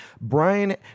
Brian